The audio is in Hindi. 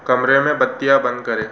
कमरे में बत्तियाँ बंद करें